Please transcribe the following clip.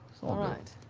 all right.